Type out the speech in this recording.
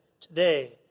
today